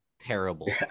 Terrible